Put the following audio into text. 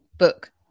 book